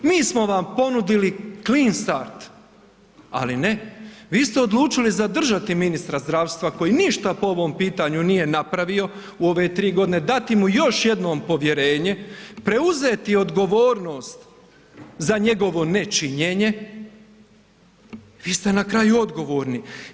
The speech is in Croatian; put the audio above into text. Mi smo vam ponudili clean start, ali ne, vi ste odlučili zadržati ministra zdravstva koji ništa po ovom pitanju nije napravio u ove 3 godine, dati mu još jednom povjerenje, preuzeti odgovornost za njegovo nečinjenje, vi ste na kraju odgovorni.